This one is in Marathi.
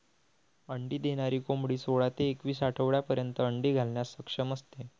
अंडी देणारी कोंबडी सोळा ते एकवीस आठवड्यांपर्यंत अंडी घालण्यास सक्षम असते